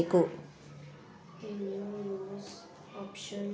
ಇತ್ತೇಚಿಗೆ ನಡೆಯುವಂತಹ ಅನೇಕ ಕೇಟಗಳ ಸಮಸ್ಯೆಗಳ ಕುರಿತು ಯಾವ ಕ್ರಮಗಳನ್ನು ಕೈಗೊಳ್ಳಬೇಕು?